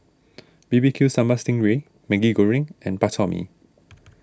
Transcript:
B B Q Sambal Sting Ray Maggi Goreng and Bak Chor Mee